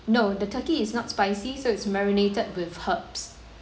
no the turkey is not spicy so it's marinated with herbs